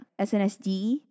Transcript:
SNSD